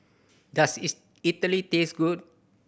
does it Idili taste good